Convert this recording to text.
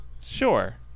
Sure